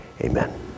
Amen